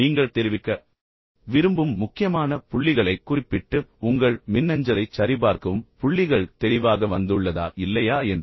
நீங்கள் தெரிவிக்க விரும்பும் முக்கியமான புள்ளிகளைக் குறிப்பிட்டு உங்கள் மின்னஞ்சலைச் சரிபார்க்கவும் புள்ளிகள் தெளிவாக வந்துள்ளதா இல்லையா என்று